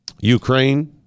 Ukraine